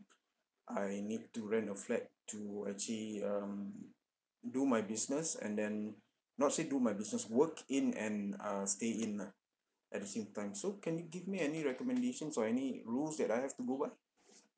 I need to rent a flat to actually um do my business and then not say do my business work in and uh stay in ah at the time so can you give me any recommendations or any rules that I have to go by